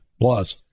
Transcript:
Plus